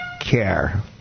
care